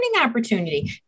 opportunity